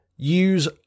use